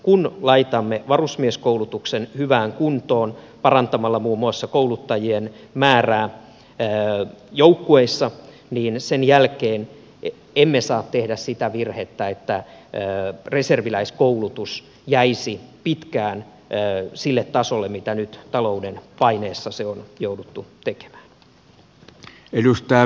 kun laitamme varusmieskoulutuksen hyvään kuntoon nostamalla muun muassa kouluttajien määrää joukkueissa niin sen jälkeen emme saa tehdä sitä virhettä että reserviläiskoulutus jäisi pitkään sille tasolle mille nyt talouden paineessa se on jouduttu asettamaan